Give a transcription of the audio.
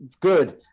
good